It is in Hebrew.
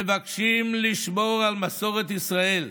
מבקשים לשמור על מסורת ישראל,